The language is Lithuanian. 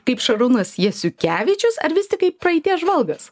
kaip šarūnas jasiukevičius ar vis tik kaip praeities žvalgas